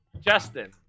Justin